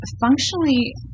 functionally